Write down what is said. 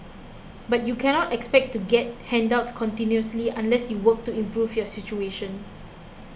but you cannot expect to get handouts continuously unless you work to improve your situation